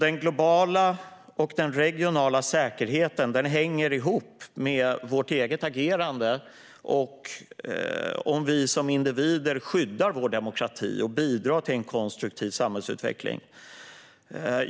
Den globala och regionala säkerheten hänger ihop med vårt eget agerande - att vi som individer skyddar vår demokrati och bidrar till en konstruktiv samhällsutveckling.